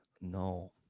No